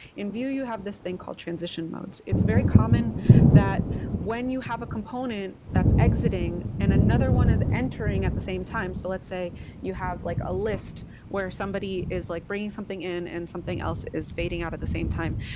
in vue, you have this thing called transition modes. it's very common that when you have a component that's exiting and another one is entering at the same time. so let's say you have like a list where somebody is like bringing something in and something else is fading out at the same time.